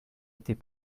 était